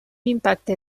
impacte